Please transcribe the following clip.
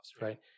right